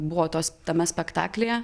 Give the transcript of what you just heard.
buvo tos tame spektaklyje